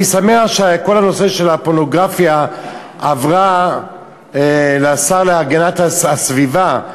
אני שמח שכל הנושא של הפורנוגרפיה עבר לשר להגנת הסביבה.